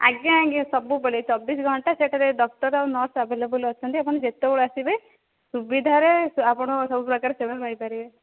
ଆଜ୍ଞା ଆଜ୍ଞା ସବୁବେଳେ ଚବିଶି ଘଣ୍ଟା ସେଠାରେ ଡକ୍ଟର ଆଉ ନର୍ସ ଆଭେଲେବେଲ୍ ଅଛନ୍ତି ଏବଂ ଯେତେବେଳେ ଆସିବେ ସୁବିଧାରେ ଆପଣ ସବୁ ପ୍ରକାର ସେବା ପାଇ ପାରିବେ